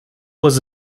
was